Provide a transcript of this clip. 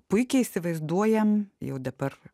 puikiai įsivaizduojam jau dabar